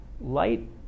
light